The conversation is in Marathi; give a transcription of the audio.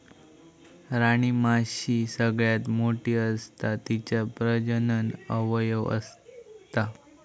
राणीमाशी सगळ्यात मोठी असता तिच्यात प्रजनन अवयव असता